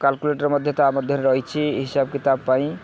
calculator ମଧ୍ୟ ତା ମଧ୍ୟରେ ରହିଛି ହିସାବକିତାବ ପାଇଁ